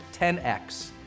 10x